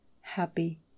happy